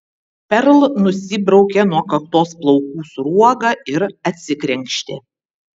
perl nusibraukė nuo kaktos plaukų sruogą ir atsikrenkštė